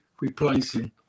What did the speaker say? replacing